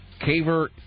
Caver